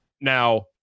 Now